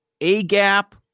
A-gap